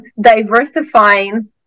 diversifying